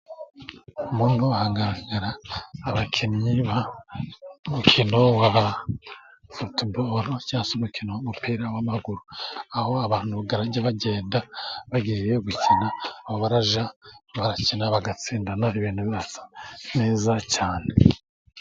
Muno hagaragara abakinnyi b'umukino waba futuboru cyangwa umukino w'umupira w'amaguru, aho abantu bajya bagenda bagiye gukina, aho bararaja barakina bagatsinda ibintu bisa neza cyane.